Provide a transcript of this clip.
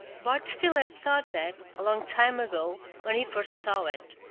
bart steele had thought that, a long time ago, when he first saw it.